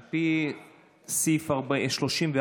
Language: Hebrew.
על פי סעיף 34,